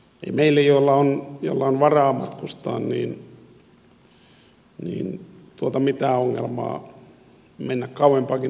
ei meille joilla on varaa matkustaa tuota mitään ongelmaa mennä kauempaakin terveyskeskukseen